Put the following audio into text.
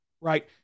right